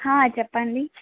చెప్పండి